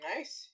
Nice